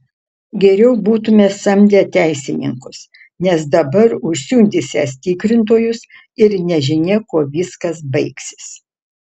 geriau būtume samdę teisininkus nes dabar užsiundysiąs tikrintojus ir nežinia kuo viskas baigsis